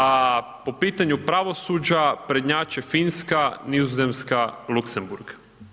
A po pitanju pravosuđa prednjače Finska, Nizozemska, Luksemburg.